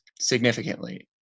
significantly